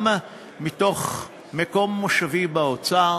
גם מתוך מקום מושבי באוצר